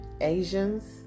Asians